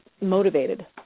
motivated